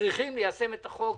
צריכים ליישם את החוק,